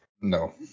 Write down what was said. No